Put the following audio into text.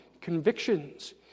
convictions